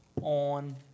on